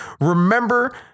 Remember